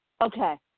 Okay